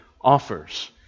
offers